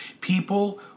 people